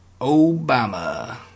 Obama